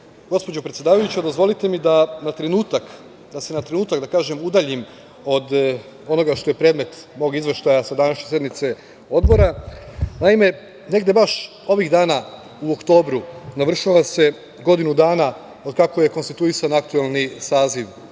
gospođo predsedavajuća, dozvolite mi da se na trenutak udaljim od onoga što je predmet mog izveštaja sa današnje sednice Odbora. Naime, negde baš ovih dana u oktobru navršava se godinu dana od kako je konstituisan aktuelni saziv